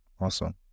Awesome